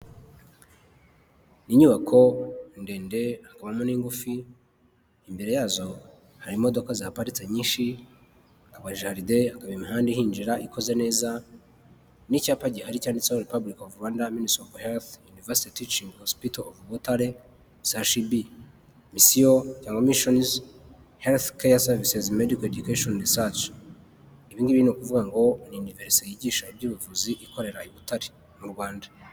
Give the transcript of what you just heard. Inyubako ndende hakabamo n'ingufi, imbere yazo hari imodoka zaparitse nyinshi, amagardin, imihanda ihinjira ikoze neza n'icyapa gihari cyanditseho Republic of Rwanda, Ministry of Health, University Teaching, Hospital of Butare, CHUB, Mission cyangwa missions, Health care services Medical Education Research. Ibi ngibi ni ukuvuga ngo ni University yigisha iby'ubuvuzi ikorera i Butare mu Rwanda.